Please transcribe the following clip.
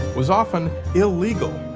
was often illegal.